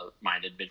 minded